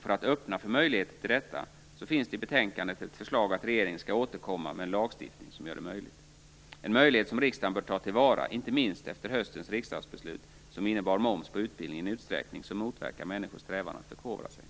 För att öppna möjligheter för detta finns i betänkandet ett förslag om att regeringen skall återkomma med en lagstiftning som gör detta möjligt. Detta är en möjlighet som riksdagen bör ta till vara, inte minst efter höstens riksdagsbeslut, som innebar moms på utbildning i en utsträckning som motverkar människors strävan att förkovra sig.